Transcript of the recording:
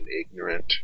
ignorant